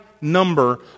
number